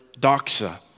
doxa